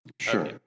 Sure